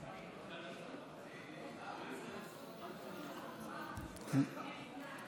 סיפור ידוע מספר על אדם שרצח את אביו ואת אימו והועמד לדין.